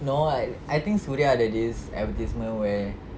no like I think Suria ada this advertisement where